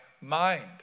mind